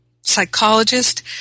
psychologist